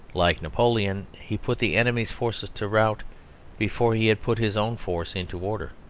like napoleon, he put the enemies' forces to rout before he had put his own force into order.